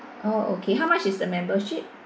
oh okay how much is the membership